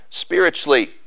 spiritually